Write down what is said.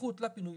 שההיערכות לפינוי